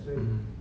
mm